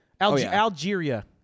Algeria